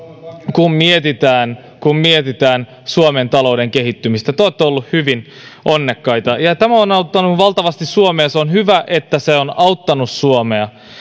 kun mietitään kun mietitään suomen talouden kehittymistä te olette olleet hyvin onnekkaita ja ja tämä on auttanut valtavasti suomea on hyvä että se on auttanut suomea